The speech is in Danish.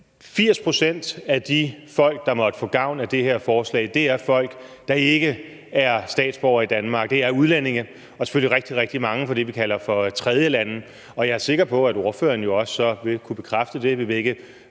80 pct. af de folk, der måtte få gavn af det her forslag, er folk, der ikke er statsborgere i Danmark. Det er udlændinge, og der er selvfølgelig rigtig, rigtig mange fra det, vi kalder for tredjelande. Og jeg er sikker på, at ordføreren jo så også vil kunne bekræfte det, og at det